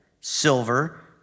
silver